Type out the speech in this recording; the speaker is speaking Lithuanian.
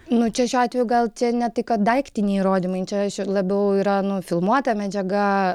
nu čia šiuo atveju gal čia ne tai kad daiktiniai įrodymai čia labiau yra nufilmuota medžiaga